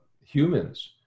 humans